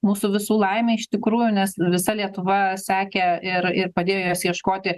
mūsų visų laimė iš tikrųjų nes visa lietuva sekė ir ir padėjo jos ieškoti